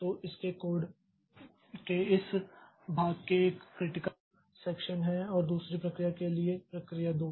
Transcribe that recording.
तो इसके कोड के इस भाग में एक क्रिटिकल सेक्षन है और दूसरी प्रक्रिया के लिए प्रक्रिया 2